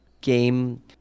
game